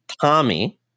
Tommy